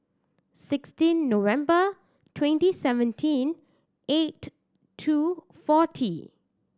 sixteen November twenty seventeen eight two forty